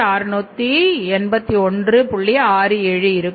67 இருக்கும்